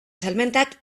salmentak